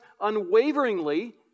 unwaveringly